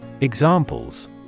Examples